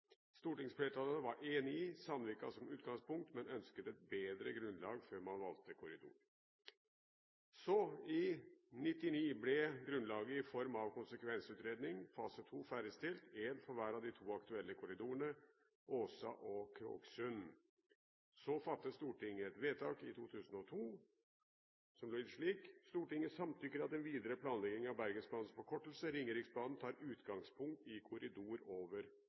Stortingsflertallet var enig i Sandvika som utgangspunkt, men ønsket et bedre grunnlag før man valgte korridor. I 1999 ble grunnlaget i form av konsekvensutredning fase 2 ferdigstilt, én for hver av de to aktuelle korridorene, Åsa og Kroksund. Så fattet Stortinget et vedtak i 2002, som lød slik: «Stortinget samtykker i at den videre planlegging av Bergensbanens forkortelse – Ringeriksbanen – tar utgangspunkt i korridoren over